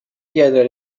chiedere